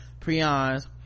prions